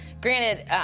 granted